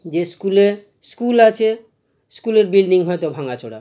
যে স্কুলে স্কুল আছে স্কুলের বিল্ডিং হয়তো ভাঙাচোরা